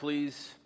please